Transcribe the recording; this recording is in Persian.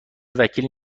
وکیل